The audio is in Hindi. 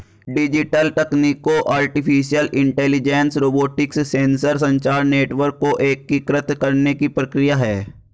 डिजिटल तकनीकों आर्टिफिशियल इंटेलिजेंस, रोबोटिक्स, सेंसर, संचार नेटवर्क को एकीकृत करने की प्रक्रिया है